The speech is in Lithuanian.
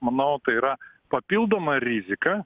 manau tai yra papildoma rizika